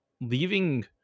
leaving